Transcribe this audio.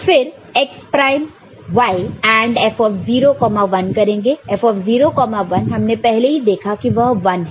फिर x prime y AND F 01 करेंगे F 01 हमने पहले ही देखा है कि वह 1 है